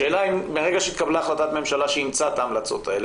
השאלה אם מהרגע שהתקבלה החלטת ממשלה שאימצה את ההמלצות האלה,